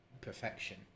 perfection